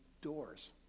doors